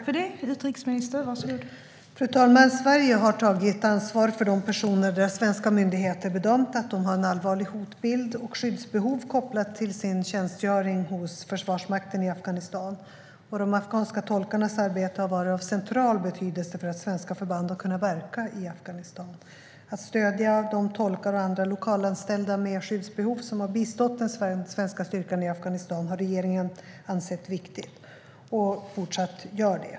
Fru talman! Sverige har tagit ansvar för de personer som enligt svenska myndigheters bedömning har en allvarlig hotbild mot sig och ett skyddsbehov kopplat till sin tjänstgöring hos Försvarsmakten i Afghanistan. De afghanska tolkarnas arbete har varit av central betydelse för att svenska förband har kunnat verka i Afghanistan. Att stödja de tolkar och andra lokalanställda med skyddsbehov som har bistått den svenska styrkan i Afghanistan har regeringen ansett viktigt, och det gör den fortsatt.